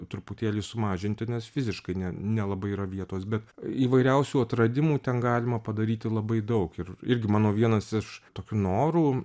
truputėlį sumažinti nes fiziškai ne nelabai yra vietos bet įvairiausių atradimų ten galima padaryti labai daug ir irgi manau vienas iš tokių norų